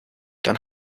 dann